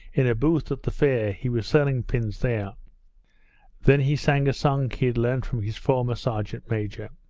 in a booth, at the fair, he was selling pins, there then he sang a song he had learnt from his former sergeant-major